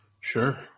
Sure